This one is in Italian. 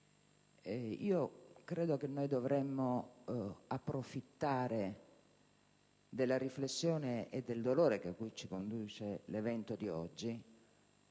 Credo che dovremmo approfittare della riflessione e del dolore a cui ci conduce l'evento di oggi